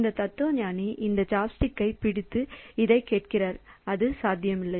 இந்த தத்துவஞானி இந்த சாப்ஸ்டிக்கைப் பிடித்து இதைக் கேட்கிறார் அது சாத்தியமில்லை